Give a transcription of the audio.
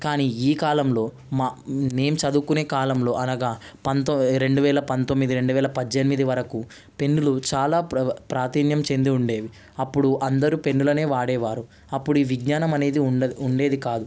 కానీ ఈ కాలంలో మా నేను చదువుకునే కాలంలో అనగా పంతో రెండువేల పంతొమ్మిది రెండు వేల పద్దెనిమిది వరకు పెన్నులు చాలా ప్రావీణ్యం చెంది ఉండేవి అప్పుడు అందరు పెన్నులనే వాడేవారు అప్పుడు ఈ విజ్ఞానం అనేది ఉండేది కాదు